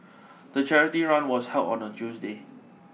the charity run was held on a Tuesday